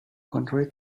contrary